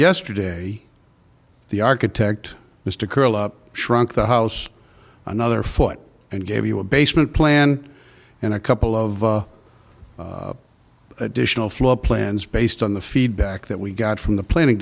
yesterday the architect has to curl up shrunk the house another foot and gave you a basement plan and a couple of additional floor plans based on the feedback that we got from the planning